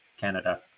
canada